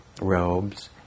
robes